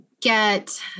get